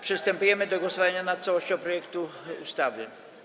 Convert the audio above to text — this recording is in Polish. Przystępujemy do głosowania nad całością projektu ustawy.